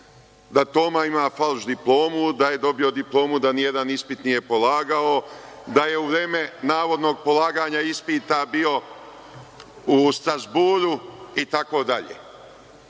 da Toma ima falš diplomu, da je dobio diplomu, a da nijedan ispit nije polagao, da je u vreme navodnog polaganja ispita bio u Strazburu itd. Molim